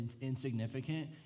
insignificant